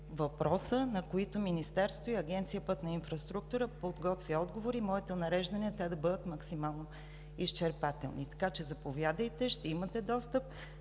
въпроса, на които Министерството и Агенция „Пътна инфраструктура“ подготвя отговори. Моето нареждане е те да бъдат максимално изчерпателни. Заповядайте, ще имате достъп